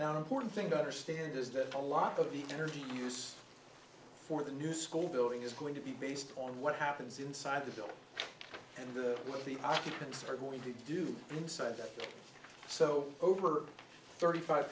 now important thing to understand is that a lot of the energy use for the new school building is going to be based on what happens inside the building and the will of the occupants are going to do inside out so over thirty five